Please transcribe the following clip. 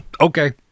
Okay